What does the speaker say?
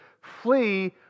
flee